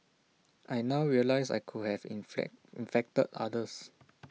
I now realise I could have inflect infected others